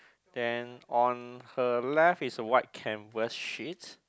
then on her left is a white canvas sheet